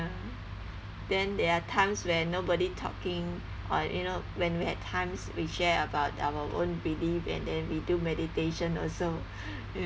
ya then there are times where nobody talking or you know when we had times we share about our own belief and then we do meditation also